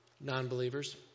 Non-believers